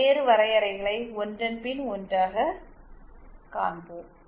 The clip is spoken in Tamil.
பல்வேறு வரையறைகளை ஒன்றன் பின் ஒன்றாக காண்போம்